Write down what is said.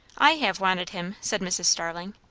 i have wanted him, said mrs. starling.